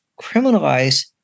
criminalize